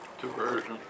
Diversion